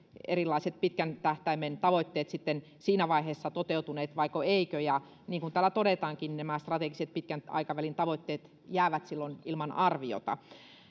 erilaiset pitkän tähtäimen tavoitteet siinä vaiheessa toteutuneet vaiko eivätkö niin kuin täällä todetaankin niin nämä strategiset pitkän aikavälin tavoitteet jäävät silloin ilman arviota